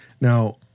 Now